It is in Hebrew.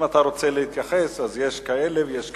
אם אתה רוצה להתייחס, אז יש כאלה ויש כאלה.